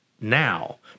now